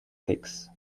fix